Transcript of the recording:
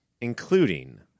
including